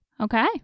Okay